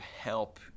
help